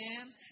Amen